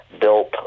built